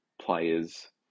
players